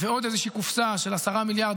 ועוד איזושהי קופסה של 10 מיליארד.